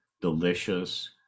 delicious